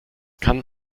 kann